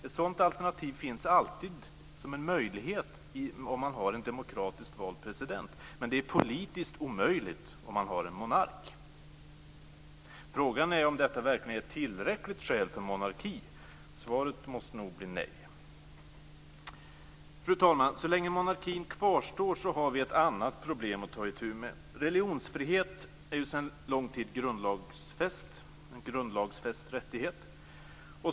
Ett sådant alternativ finns alltid som en möjlighet om man har en demokratiskt vald president, men det är politiskt omöjligt om man har en monark. Frågan är om detta verkligen är ett tillräckligt skäl för monarki. Svaret måste nog bli nej. Fru talman! Så länge monarkin kvarstår har vi ett annat problem att ta itu med. Religionsfrihet är sedan lång tid en grundlagsfäst rättighet.